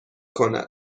کند